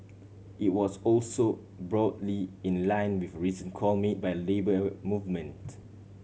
it was also broadly in line with a recent call made by Labour Movement